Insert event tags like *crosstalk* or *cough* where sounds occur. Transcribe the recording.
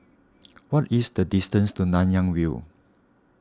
*noise* what is the distance to Nanyang View